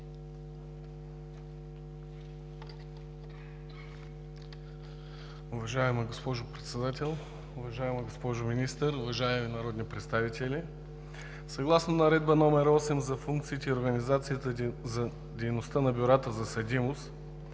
Уважаема госпожо Председател, уважаема госпожо Министър, уважаеми народни представители! Съгласно Наредба № 8 за функциите, организацията и дейността на бюрата за съдимост